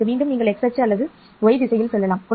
இங்கு மீண்டும் நீங்கள் x அல்லது y திசையில் செல்லலாம்